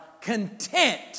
content